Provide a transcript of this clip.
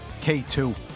K2